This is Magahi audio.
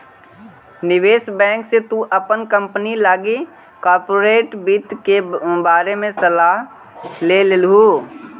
निवेश बैंक से तु अपन कंपनी लागी कॉर्पोरेट वित्त के बारे में सलाह ले लियहू